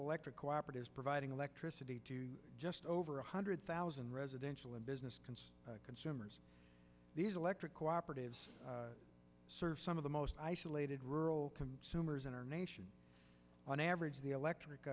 electric cooperatives providing electricity to just over one hundred thousand residential and business consumers these electric cooperatives serve some of the most isolated rural consumers in our nation on average the electric